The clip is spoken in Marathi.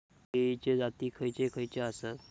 केळीचे जाती खयचे खयचे आसत?